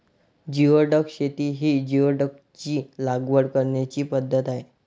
geoduck शेती ही जिओडॅकची लागवड करण्याची पद्धत आहे